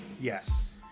Yes